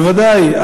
בוודאי.